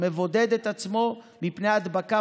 הוא מבודד את עצמו מפני הדבקה,